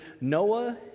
Noah